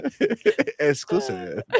exclusive